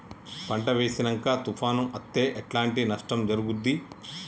పంట వేసినంక తుఫాను అత్తే ఎట్లాంటి నష్టం జరుగుద్ది?